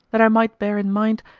that i might bear in mind,